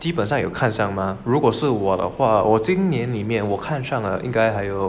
基本上有看上吗如果是我的话我今年里面我看上了应该还有